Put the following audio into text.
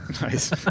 Nice